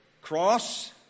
Cross